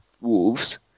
Wolves